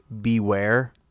beware